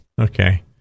Okay